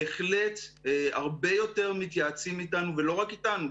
בהחלט הרבה יותר מתייעצים איתנו ולא רק איתנו,